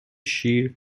شیر